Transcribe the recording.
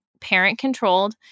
Parent-controlled